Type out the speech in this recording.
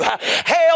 hell